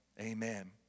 Amen